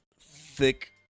thick